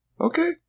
Okay